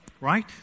Right